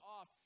off